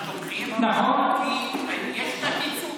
הזאת, ואנחנו תומכים, כי יש תת-ייצוג